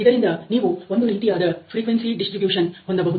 ಇದರಿಂದ ನೀವು ಒಂದು ರೀತಿಯಾದರೆ ಫ್ರಿಕ್ವೆನ್ಸಿ ಡಿಸ್ಟ್ರಿಬ್ಯೂಷನ್ ಹೊಂದಬಹುದು